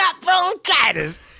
bronchitis